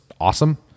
awesome